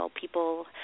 People